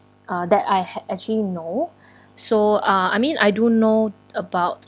uh that I ha~ actually know so uh I mean I do know about